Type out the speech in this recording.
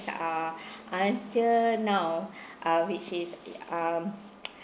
ah until now ah which is it um